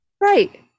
Right